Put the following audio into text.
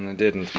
and and didn't.